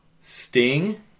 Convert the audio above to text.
Sting